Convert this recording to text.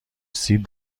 سیب